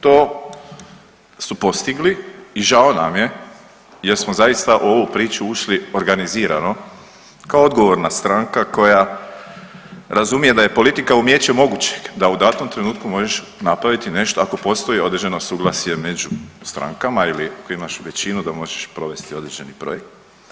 To su postigli i žao nam jer smo zaista u ovu priču ušli organizirano kao odgovorna stranka koja razumije da je politika umijeće mogućeg da u datom trenutku možeš napraviti nešto ako postoji određeno suglasje među strankama ili ako imaš većinu da možeš provesti određeni projekt.